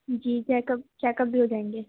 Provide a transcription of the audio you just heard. جی check up check up بھی ہو جائیں گے